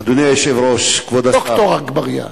אדוני היושב-ראש, כבוד השר, ד"ר אגבאריה.